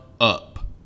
up